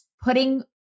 putting